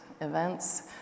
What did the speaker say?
events